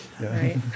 right